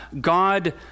God